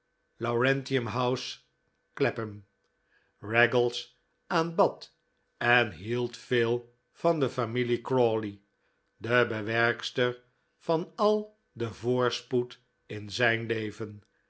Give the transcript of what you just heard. laurentinum house clapham raggles aanbad en hield veel van de familie crawley de bewerkster van al den voorspoed in zijn leven